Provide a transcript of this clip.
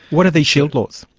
what are these shield laws?